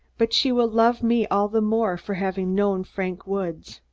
but she will love me all the more for having known frank woods.